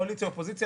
קואליציה-אופוזיציה,